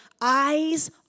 Eyes